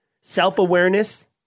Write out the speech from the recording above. self-awareness